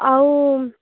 ଆଉ